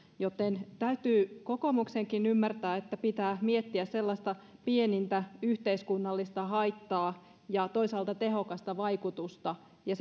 joten täytyy kokoomuksenkin ymmärtää että pitää miettiä sellaista pienintä yhteiskunnallista haittaa ja toisaalta tehokasta vaikutusta ja